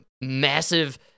massive